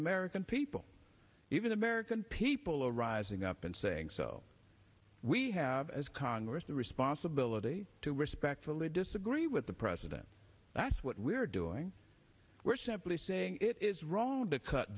american people even american people are rising up and saying so we have as congress the responsibility to respectfully disagree with the president that's what we're doing we're simply saying it is wrong to cut